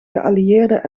geallieerden